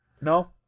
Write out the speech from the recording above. No